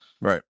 Right